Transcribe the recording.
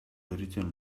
written